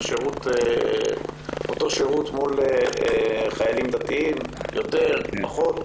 לגבי אותו שירות מול חיילים דתיים יותר או פחות,